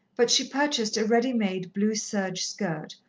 but she purchased a ready-made blue-serge skirt,